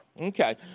Okay